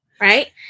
Right